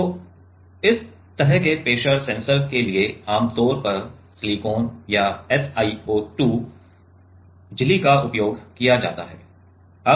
तो इस तरह के प्रेशर सेंसर के लिए आमतौर पर सिलिकॉन या SiO2 झिल्ली का उपयोग किया जाता है